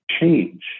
change